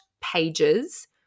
pages